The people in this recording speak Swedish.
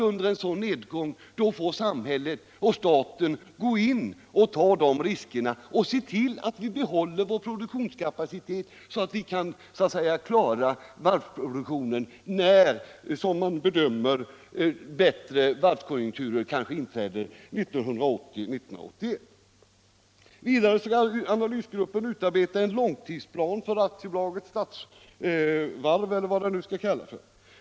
Under en sådan nedgångsperiod får naturligtvis staten gå in och ta riskerna och se till att produktionskapaciteten bibehålls, så att vi kan klara varvsproduktionen när, som man bedömer, bättre varvskonjunkturer inträder 1980-1981. Vidare skall analysgruppen utarbeta en långtidsplan för AB Statsvarv, eller vad det nu skall kallas.